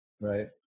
Right